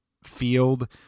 Field